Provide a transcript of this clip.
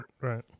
right